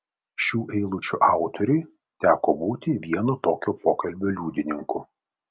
šių eilučių autoriui teko būti vieno tokio pokalbio liudininku